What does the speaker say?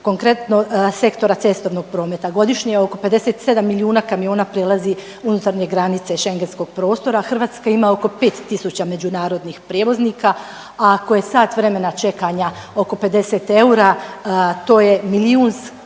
konkretno sektora cestovnog prometa. Godišnje oko 57 milijuna kamiona prelazi unutarnje granice šengenskog prostora, Hrvatska ima oko 5000 međunarodnih prijevoznika, a koje sat vremena čekanja oko 50 eura, to je